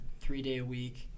three-day-a-week